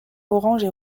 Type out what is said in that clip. orange